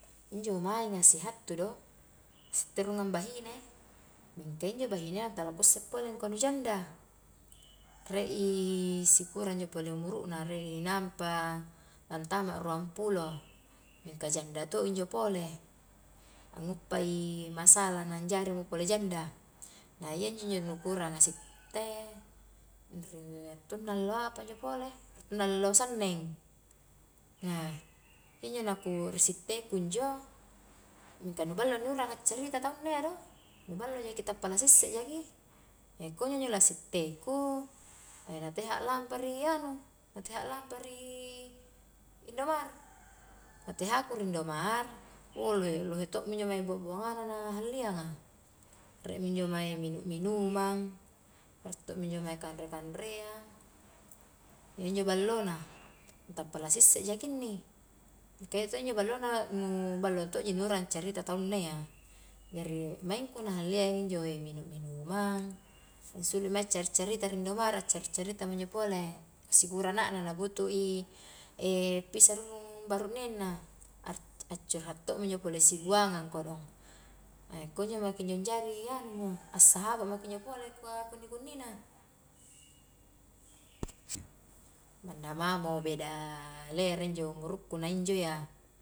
Injo maenga sihattu do, sitte rungang bahine, mingka injo bahinea tala kusse pole angkua nu janda, rie i sikura injo pole umuru na, rie i nampa antama ruang pulo, mingka janda to injo pole, nguppai masalah na anjari mo pole janda, na iya ji injo ku uranga sitte, ri attungna allo apa injo pole, attungna allo sanneng, na iya injo nakku sitte kunjo mingka nu ballo ni urang carita taungna iya do, nu balloji tappa la sisse jaki, kunjo injo la sitteku na teha a lampa ri anu, na teha lampa ri indomart, na tehaku ri indomart lohe-lohe, to mi injo mange bua-buanganna na hallianga, riemo injo mae minu-minumang, rieto minjo mae kanre-kanreang, injo ballona, tappa la sisse jaki inni, ka iya to injo ballona, nu ballo to ji ni urang carita taunna iya, jari maingku na halliang injo minu-minumang, sulu mae carita-carita di indomart, carita-carita mi injo pole sikura anakna na butui pisah rurung baru'nengna, arc-accurhat to'mi injo pole sibuangang kodong, kunjo maki injo anjari anumo assahaba' maki injo pole kua kunni-kunni na, manna mamo beda lere injo umuruku na injo iya.